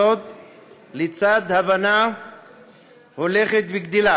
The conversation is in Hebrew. לצד הבנה הולכת וגדלה